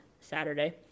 Saturday